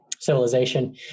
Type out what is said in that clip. civilization